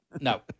no